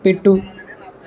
పెట్టు